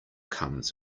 comes